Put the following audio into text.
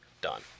done